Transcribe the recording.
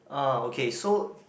uh okay so